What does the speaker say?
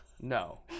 No